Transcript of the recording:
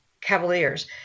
Cavaliers